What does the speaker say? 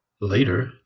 Later